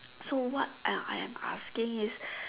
so what I I am asking is